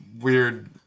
weird